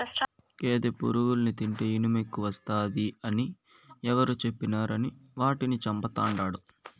గేదె పురుగుల్ని తింటే ఇనుమెక్కువస్తాది అని ఎవరు చెప్పినారని వాటిని చంపతండాడు